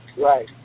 Right